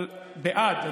בעד?